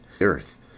earth